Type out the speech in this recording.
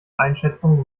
einschätzungen